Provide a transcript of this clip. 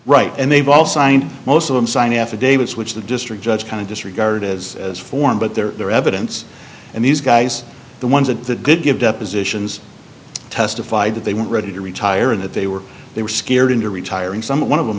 right and they've all signed most of them signed affidavits which the district judge kind of disregarded as as foreign but their evidence and these guys the ones that the did give depositions testified that they were ready to retire and that they were they were scared into retiring some one of them